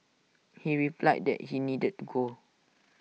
he replied that he needed to go